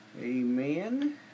Amen